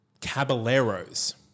Caballeros